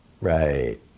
Right